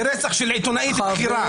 שרצח של עיתונאית בכירה,